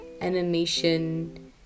animation